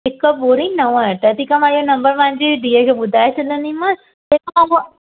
हिकु ॿुरी नव अठ ठीक आ मां इअ नंबर पांजी धीअ खे ॿुधाए छॾंदीमास तेखां पो